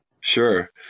sure